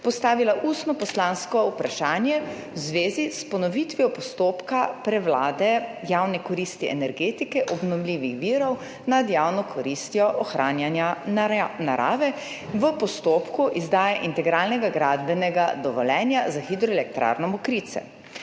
postavila ustno poslansko vprašanje v zvezi s ponovitvijo postopka prevlade javne koristi energetike obnovljivih virov nad javno koristjo ohranjanja narave v postopku izdaje integralnega gradbenega dovoljenja za hidroelektrarno Mokrice.